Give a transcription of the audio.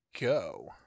go